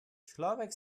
človek